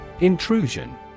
Intrusion